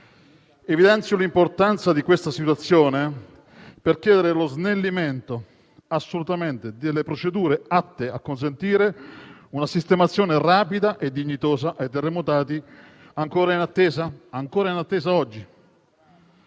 Evidenzio l'importanza di questa situazione per chiedere lo snellimento delle procedure atte a consentire una sistemazione rapida e dignitosa ai terremotati, oggi ancora in attesa.